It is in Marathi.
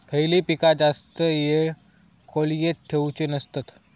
खयली पीका जास्त वेळ खोल्येत ठेवूचे नसतत?